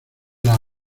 las